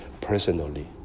personally